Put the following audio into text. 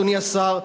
אדוני השר,